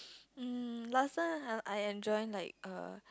um last time I I enjoying like err